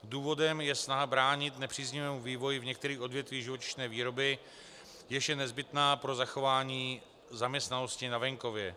Důvodem je snaha bránit nepříznivému vývoji v některých odvětvích živočišné výroby, jež je nezbytná pro zachování zaměstnanosti na venkově.